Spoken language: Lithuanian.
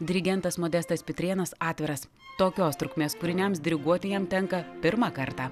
dirigentas modestas pitrėnas atviras tokios trukmės kūriniams diriguoti jam tenka pirmą kartą